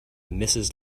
mrs